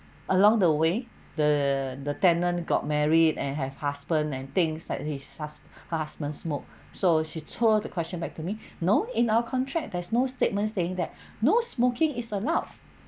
along the way the the tenant got married and have husband and things like his hus~ her husband smoke so she throw the question back to me no in our contract there's no statement saying that no smoking is allowed